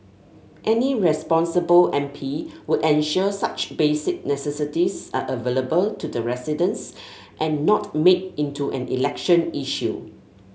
any responsible M P would ensure such basic necessities are available to the residents and not made into an election issue